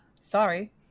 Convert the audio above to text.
Sorry